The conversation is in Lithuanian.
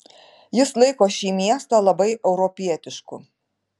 jis laiko šį miestą labai europietišku